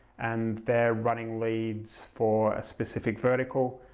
and they're running leads for a specific vertical.